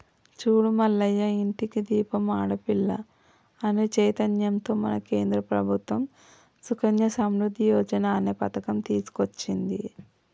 చూడు మల్లయ్య ఇంటికి దీపం ఆడపిల్ల అనే చైతన్యంతో మన కేంద్ర ప్రభుత్వం సుకన్య సమృద్ధి యోజన అనే పథకం తీసుకొచ్చింది